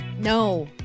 No